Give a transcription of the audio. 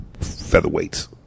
featherweights